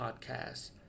podcast